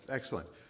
excellent